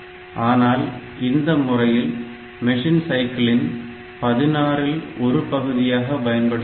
ஆனால் இந்த முறையில் மிஷின் சைக்கிளின் 16 இல் ஒரு பகுதியாக பயன்படுத்துகிறோம்